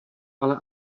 ale